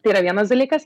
tai yra vienas dalykas